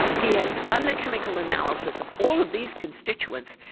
he has done the chemical analysis of all of these constituents.